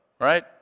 Right